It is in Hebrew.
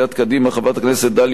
חברת הכנסת דליה איציק,